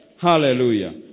Hallelujah